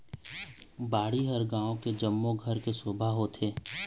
बाड़ी ह गाँव के जम्मो घर के शोभा होथे